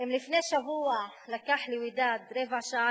אם לפני שבוע לקח לוודאד רבע שעה